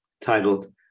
titled